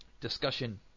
discussion